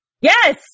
Yes